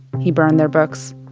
he burned their books.